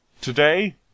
today